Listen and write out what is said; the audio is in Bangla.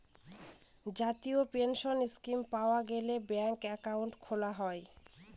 জাতীয় পেনসন স্কীম পাওয়া গেলে ব্যাঙ্কে একাউন্ট খোলা যায়